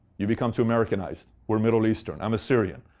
you've become too americanized. we're middle eastern. i'm assyrian.